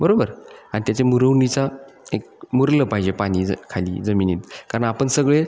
बरोबर आणि त्याच्या मुरवणीचा एक मुरलं पाहिजे पाणी ज खाली जमिनीत कारण आपण सगळे